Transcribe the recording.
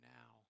now